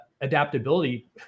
adaptability